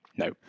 No